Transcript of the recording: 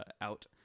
out